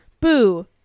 boo